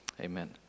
amen